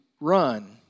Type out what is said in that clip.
run